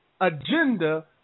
agenda